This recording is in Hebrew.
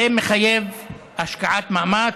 זה מחייב השקעת מאמץ,